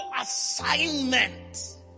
assignment